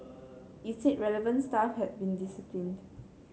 it said relevant staff had been disciplined